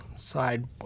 side